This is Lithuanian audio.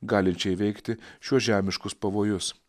galinčią įveikti šiuos žemiškus pavojus